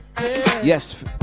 Yes